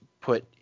put